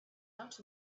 out